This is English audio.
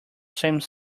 same